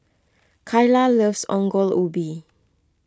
Kaila loves Ongol Ubi